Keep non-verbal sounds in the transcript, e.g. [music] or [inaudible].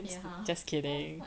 ya [laughs]